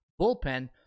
bullpen